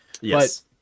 Yes